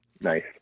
Nice